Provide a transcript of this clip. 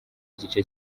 igice